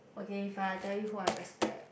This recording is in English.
okay fine I tell you who I respect